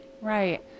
Right